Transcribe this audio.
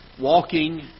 walking